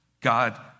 God